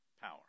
power